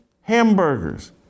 hamburgers